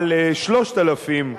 על 3,000 ש"ח,